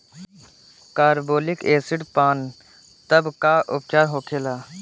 Carbolic acid पान तब का उपचार होखेला?